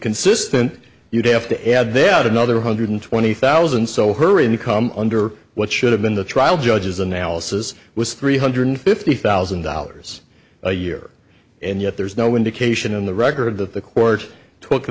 consistent you'd have to add then another one hundred twenty thousand so her income under what should have been the trial judge's analysis was three hundred fifty thousand dollars a year and yet there's no indication in the record that the court t